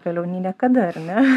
vėliau nei niekada ar ne